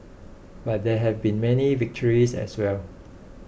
but there have been many victories as well